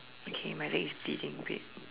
okay my leg is freezing wait